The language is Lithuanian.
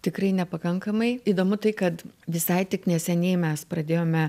tikrai nepakankamai įdomu tai kad visai neseniai mes pradėjome